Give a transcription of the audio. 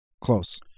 Close